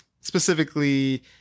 specifically